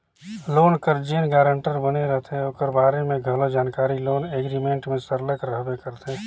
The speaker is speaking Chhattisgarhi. लोन कर जेन गारंटर बने रहथे ओकर बारे में घलो जानकारी लोन एग्रीमेंट में सरलग रहबे करथे